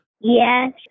Yes